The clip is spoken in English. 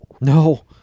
No